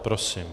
Prosím.